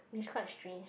which is quite strange